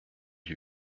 lui